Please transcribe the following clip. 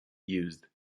used